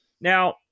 Now